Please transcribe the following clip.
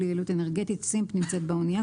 יעילות אנרגטית (SEEMP) נמצאת באנייה,